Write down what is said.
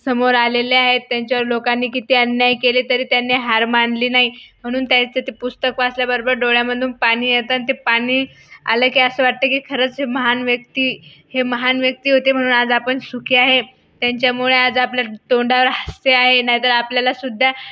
समोर आलेले आहेत त्यांच्यावर लोकांनी किती अन्याय केले तरी त्यांनी हार मानली नाही म्हणून त्यांचं ते पुस्तक वाचल्याबरोबर डोळ्यामधून पाणी येतं आणि ते पाणी आलं की असं वाटतं की खरंच हे महान व्यक्ती हे महान व्यक्ती होते म्हणून आज आपण सुखी आहे त्यांच्यामुळे आज आपल्या तोंडावर हास्य आहे नाही तर आपल्याला सुद्धा